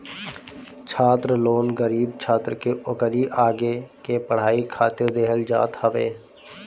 छात्र लोन गरीब छात्र के ओकरी आगे के पढ़ाई खातिर देहल जात हवे